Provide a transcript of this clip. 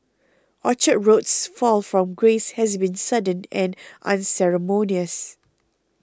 Orchard Road's fall from grace has been sudden and unceremonious